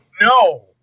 No